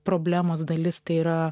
problemos dalis tai yra